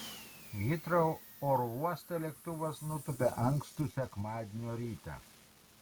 hitrou oro uoste lėktuvas nutūpė ankstų sekmadienio rytą